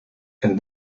and